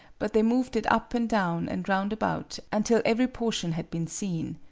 but they moved it up and down and round about until every portion had been seen.